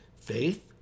faith